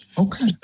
Okay